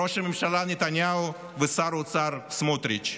ראש הממשלה נתניהו ושר האוצר סמוטריץ':